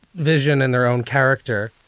vision and their own character